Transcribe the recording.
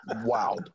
wow